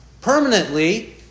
permanently